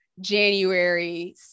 January